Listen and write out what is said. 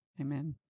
Amen